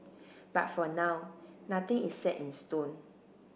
but for now nothing is set in stone